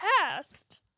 past